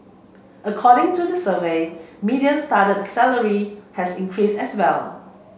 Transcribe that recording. according to the survey median starting salary had increased as well